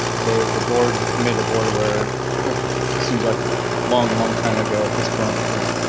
the the boards made the board where it seems like long long time ago at this point, but.